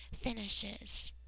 finishes